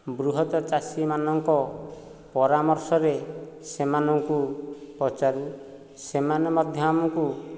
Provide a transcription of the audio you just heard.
ବୃହତ ଚାଷୀମାନଙ୍କ ପରାମର୍ଶରେ ସେମାନଙ୍କୁ ପଚାରୁ ସେମାନେ ମଧ୍ୟ ଆମକୁ